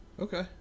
Okay